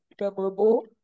memorable